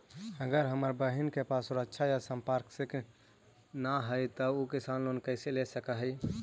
अगर हमर बहिन के पास सुरक्षा या संपार्श्विक ना हई त उ कृषि लोन कईसे ले सक हई?